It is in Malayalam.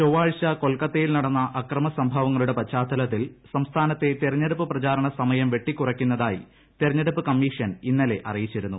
ചൊവ്വാഴ്ച കൊൽക്കത്തയിൽ നടന്ന അക്രമസംഭവങ്ങളുടെ പശ്ചാത്തലത്തിൽ സംസ്ഥാനത്തെ തിരഞ്ഞെടുപ്പ് പ്രചാരണസമയം വെട്ടിക്കുറയ്ക്കുന്നതായി തിരഞ്ഞെടുപ്പ് കമ്മീഷൻ ഇന്നലെ അറിയിച്ചിരുന്നു